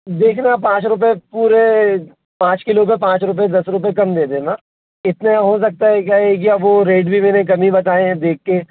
देखना पाँच रुपये पूरे पाँच किलो पे पाँच रुपये दस रुपये कम दे देना इतने हो सकता है क्या है क्या वो रेट भी मैंने कम ही बताए हैं देख के